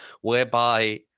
whereby